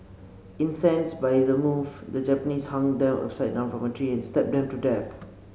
incensed by is move the Japanese hung them upside down from a tree and stabbed them to death